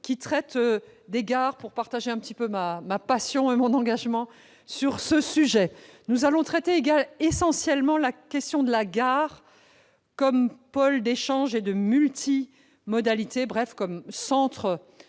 qui traite des gares, pour partager ma passion et mon engagement sur ce sujet. Nous allons essentiellement traiter la question de la gare comme pôle d'échanges et de multimodalités, bref, comme centre